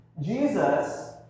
Jesus